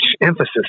emphasis